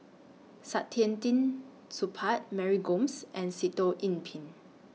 Saktiandi Supaat Mary Gomes and Sitoh Yih Pin